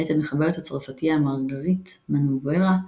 מאת המחברת הצרפתייה מרגריט מנווארה,